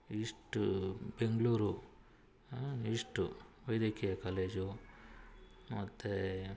ಇವಿಷ್ಟು ಬೆಂಗಳೂರು ಇವಿಷ್ಟು ವೈದ್ಯಕೀಯ ಕಾಲೇಜು ಮತ್ತು